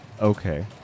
Okay